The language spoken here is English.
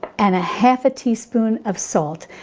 and a half a teaspoon of salt.